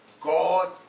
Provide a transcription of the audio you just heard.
God